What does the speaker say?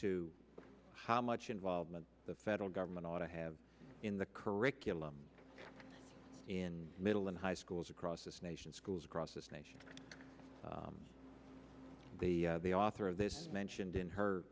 to how much involvement the federal government ought to have in the curriculum in middle and high schools across this nation schools across this nation the author of this mentioned in her